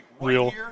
Real